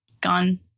gone